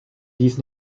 dies